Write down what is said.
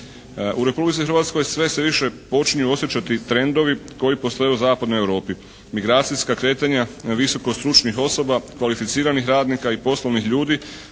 U Republici Hrvatskoj sve se više počinju osjećati trendovi koji postoje u zapadnoj Europi. Migracijska kretanja visokostručnih osoba, kvalificiranih radnika i poslovnih ljudi